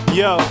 yo